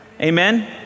amen